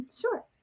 Sure